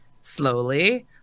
Slowly